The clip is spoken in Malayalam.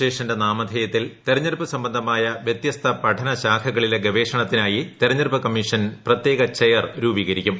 ശേഷന്റെ നാമധേയത്തിൽ തെരഞ്ഞെടുപ്പ് സംബന്ധമായ വ്യത്യസ്ത പഠന ശാഖകളിലെ ഗവേഷണത്തിനായി തെരഞ്ഞെടുപ്പ് കമ്മീഷൻ പ്രത്യേക ചെയർ രൂപീകരിക്കും